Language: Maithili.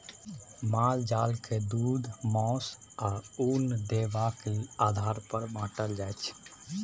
माल जाल के दुध, मासु, आ उन देबाक आधार पर बाँटल जाइ छै